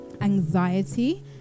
anxiety